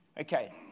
Okay